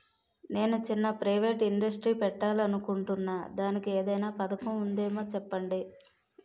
నేను చిన్న private industry పెట్టాలి అనుకుంటున్నా దానికి ఏదైనా పథకం ఉందేమో చెప్పండి?